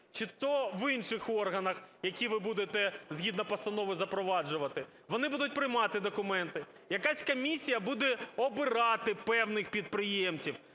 чи то в інших органах, які ви будете згідно постанови запроваджувати, вони будуть приймати документи, якась комісія буде обирати певних підприємців.